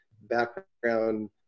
background